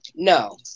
No